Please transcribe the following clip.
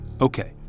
Okay